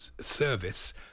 service